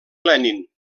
lenin